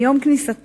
מיום הכניסה